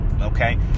okay